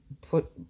put